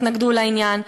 התנגדו לעניין.